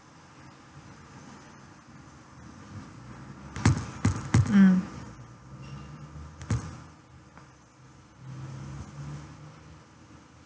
mm